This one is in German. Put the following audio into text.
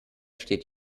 steht